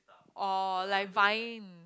or like vine